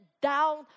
down